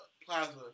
plaza